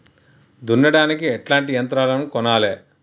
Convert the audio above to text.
దున్నడానికి ఎట్లాంటి యంత్రాలను కొనాలే?